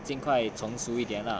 尽快成熟一点啦